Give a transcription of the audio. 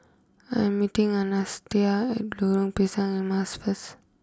I'm meeting Anastacia at Lorong Pisang Emas first